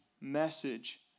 message